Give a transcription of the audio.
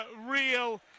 real